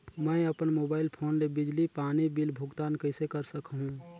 मैं अपन mobile phone ले बिजली पानी बिल भुगतान कइसे कर सकहुं?